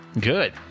Good